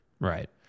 Right